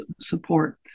support